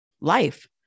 life